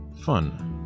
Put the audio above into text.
Fun